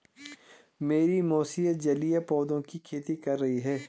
मेरी मौसी जलीय पौधों की खेती कर रही हैं